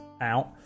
out